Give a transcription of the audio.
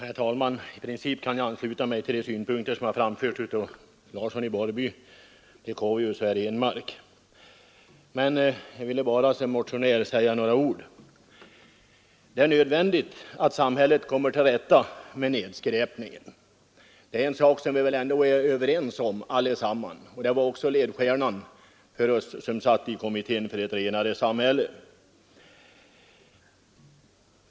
Herr talman! I princip kan jag ansluta mig till de synpunkter som har framförts av herrar Larsson i Borrby, Leuchovius och Henmark, men jag vill ändå som motionär säga några ord. Det är nödvändigt att samhället kommer till rätta med nedskräpningen. Det är en sak som vi väl ändå alla är överens om. Det var också ledstjärnan för oss som satt i kommittén för ett renare samhälle.